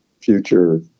future